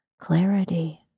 clarity